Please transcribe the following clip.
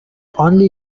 only